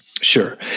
Sure